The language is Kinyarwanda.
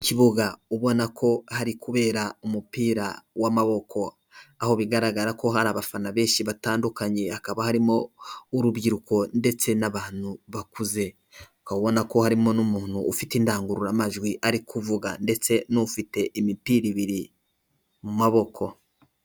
Ikibuga ubona ko hari kubera umupira w'amaboko, aho bigaragara ko hari abafana benshi batandukanye, hakaba harimo urubyiruko ndetse n'abantu bakuze, ukaba ubona ko harimo n'umuntu ufite indangururamajwi ari kuvuga ndetse n'ufite imipira ibiri mu maboko.